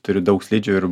turiu daug slidžių ir